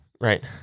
Right